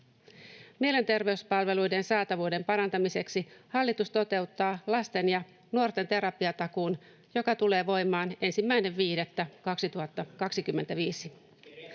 Mielenterveyspalveluiden saatavuuden parantamiseksi hallitus toteuttaa lasten ja nuorten terapiatakuun, joka tulee voimaan 1.5.2025.